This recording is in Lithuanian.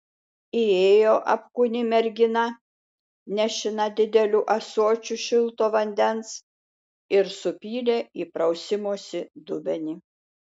įėjo apkūni mergina nešina dideliu ąsočiu šilto vandens ir supylė į prausimosi dubenį